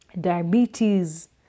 diabetes